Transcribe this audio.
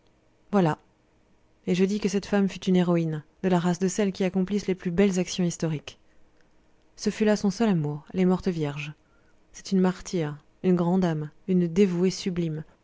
voilà et je dis que cette femme fut une héroïne de la race de celles qui accomplissent les plus belles actions historiques ce fut là son seul amour elle est morte vierge c'est une martyre une grande âme une dévouée sublime